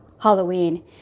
Halloween